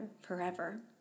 forever